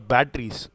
Batteries